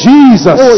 Jesus